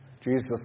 Jesus